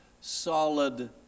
solid